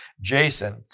Jason